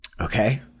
Okay